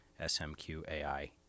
SMQAI